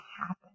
happen